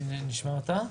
אני מבינה.